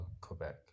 Quebec